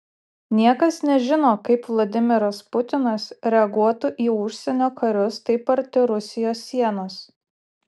niekas nežino kaip vladimiras putinas reaguotų į užsienio karius taip arti rusijos sienos